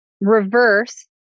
reverse